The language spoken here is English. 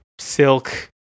silk